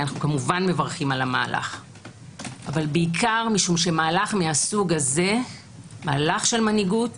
כי אנו כמובן מברכים על המהלך אבל בעיקר כי מהלך כזה של מנהיגות